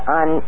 on